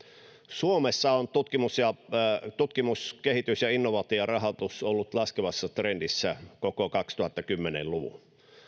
suomessa on tutkimus kehitys ja innovaatiorahoitus ollut laskevassa trendissä koko kaksituhattakymmenen luvun